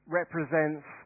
represents